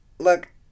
look